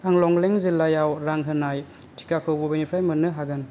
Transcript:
आं लंलें जिल्लायाव रां होनाय टिकाखौ बबेनिफ्राय मोन्नो हागोन